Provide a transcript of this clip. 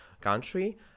country